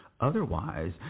otherwise